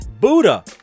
Buddha